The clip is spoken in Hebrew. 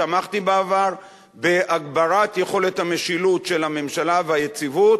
תמכתי בעבר בהגברת יכולת המשילות של הממשלה והיציבות,